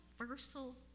universal